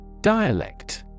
Dialect